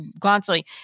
constantly